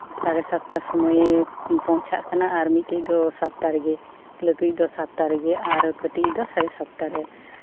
ᱥᱟᱲᱮ ᱥᱟᱛᱴᱟ ᱥᱚᱢᱚᱭᱮ ᱯᱳᱣᱪᱷᱟᱜ ᱠᱟᱱᱟ ᱟᱨ ᱢᱤᱫᱴᱮᱡ ᱫᱚ ᱥᱟᱛᱴᱟ ᱨᱮᱜᱮ ᱞᱟᱹᱴᱩᱭᱤᱡ ᱫᱚ ᱥᱟᱛᱴᱟ ᱨᱮᱜᱮ ᱟᱨ ᱠᱟᱹᱴᱤᱡ ᱤᱡ ᱫᱚ ᱥᱟᱲᱮ ᱥᱟᱛᱴᱟᱨᱮ